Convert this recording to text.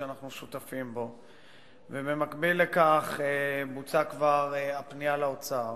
שאנחנו שותפים בו, ובמקביל לכך היתה הפנייה לאוצר.